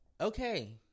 Okay